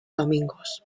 domingos